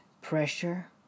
pressure